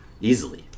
easily